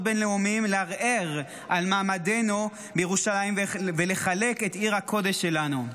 בין-לאומיים לערער על מעמדנו בירושלים ולחלק את עיר הקודש שלנו.